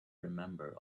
remember